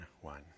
one